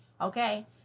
okay